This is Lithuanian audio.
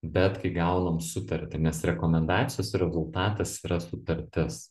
bet kai gaunam sutartį nes rekomendacijos rezultatas yra sutartis